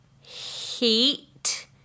heat